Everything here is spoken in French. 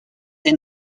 est